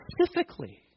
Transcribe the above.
specifically